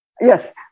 Yes